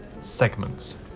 segments